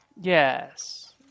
Yes